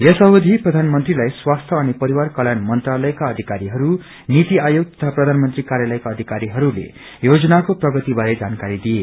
यस अवधि प्रधानमन्त्रीलाई स्वास्थ्य अनि परिवार कल्याण मंत्रालयका अधिकारीहरू नीति आयोग तथा प्रधनमन्त्री कार्यालयका अधिकारीहरूले योजनाको प्रगति बारे जानकारी दिए